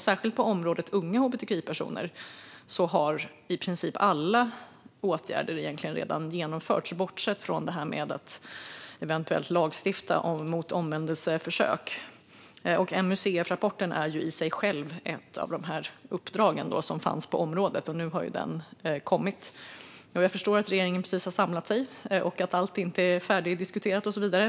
Särskilt på området unga hbtqi-personer har i princip alla åtgärder redan genomförts, bortsett från detta att eventuellt lagstifta mot omvändelseförsök. MUCF-rapporten var ett av de uppdrag som fanns på området, och nu har den ju kommit. Jag förstår att regeringen precis har samlat sig och att allt inte är färdigdiskuterat.